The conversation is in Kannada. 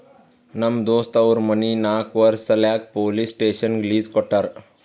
ನಮ್ ದೋಸ್ತ್ ಅವ್ರ ಮನಿ ನಾಕ್ ವರ್ಷ ಸಲ್ಯಾಕ್ ಪೊಲೀಸ್ ಸ್ಟೇಷನ್ಗ್ ಲೀಸ್ ಕೊಟ್ಟಾರ